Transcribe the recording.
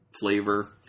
flavor